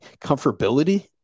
comfortability